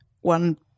one